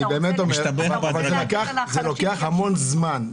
זה לוקח המון זמן.